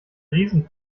riesen